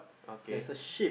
okay